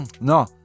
No